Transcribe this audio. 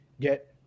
Get